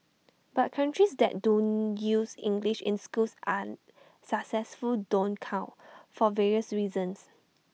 but countries that do use English in schools are successful don't count for various reasons